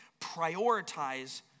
prioritize